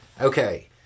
Okay